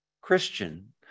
Christian